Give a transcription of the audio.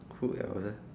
who else uh